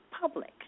public